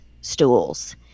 stools